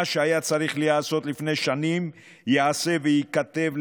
מה שהיה צריך להיעשות לפני שנים ייעשה וייכתב,